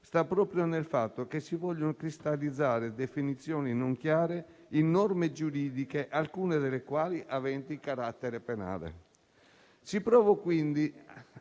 sta proprio nel fatto che si vogliono cristallizzare definizioni non chiare in norme giuridiche, alcune delle quali aventi carattere penale.